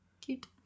cute